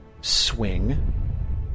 swing